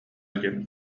диэн